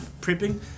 prepping